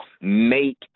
make –